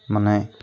ಮನೆ